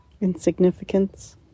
insignificance